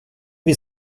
vid